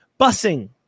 Busing